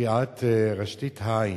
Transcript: וקריעת רשתית העין.